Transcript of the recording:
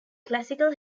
classical